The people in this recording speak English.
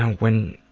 when